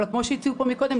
אבל כמו שהציעו פה קודם,